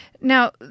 Now